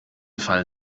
fall